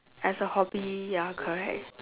as a hobby ya correct